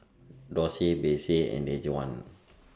Dorsey Besse and Dejuan